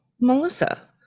Melissa